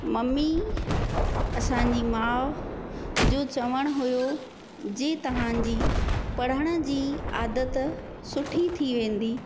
mummy असांजी माउ जो चवणु हुयो जे तव्हां जी पढ़ण जी आदत सुठी थे वेंदी